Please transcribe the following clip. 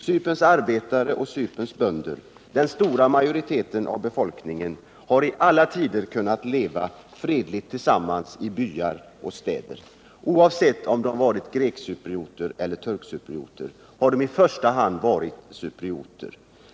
Cyperns arbetare och bönder — den stora majoriteten av befolkningen — har i alla tider kunnat leva fredligt tillsammans i byar och städer. Oavsett om de varit grekcyprioter eller turkcyprioter har de i första hand varit cyprioter.